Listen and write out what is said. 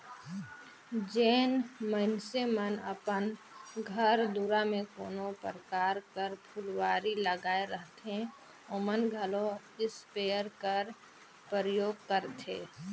जेन मइनसे मन अपन घर दुरा में कोनो परकार कर फुलवारी लगाए रहथें ओमन घलो इस्पेयर कर परयोग करथे